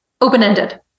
open-ended